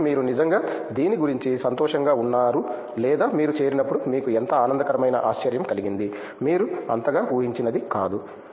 కాబట్టి మీరు నిజంగా దీని గురించి సంతోషంగా ఉన్నారు లేదా మీరు చేరినప్పుడు మీకు ఎంత ఆనందకరమైన ఆశ్చర్యం కలిగింది మీరు అంతగా ఊహించనిది కాదు